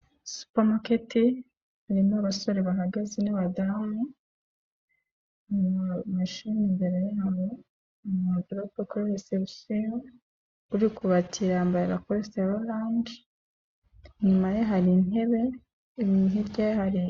Supa maketi irimo abasore bahaga n'abadamu, mashine imbere yabo, uri kubakira yambara rakosite ya oranje, inyuma ye hari intebe, hirya ye hari...